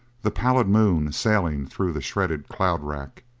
the pallid moon sailing through the shredded cloud-rack,